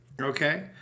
Okay